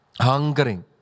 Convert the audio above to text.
hungering